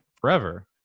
forever